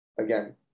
again